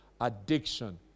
addiction